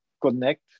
connect